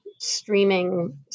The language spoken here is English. streaming